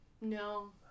No